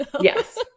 Yes